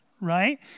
right